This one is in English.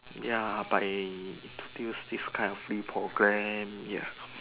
ya by to use this kind of free program ya